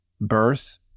birth